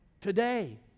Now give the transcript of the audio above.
today